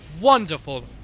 wonderful